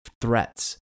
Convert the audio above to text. threats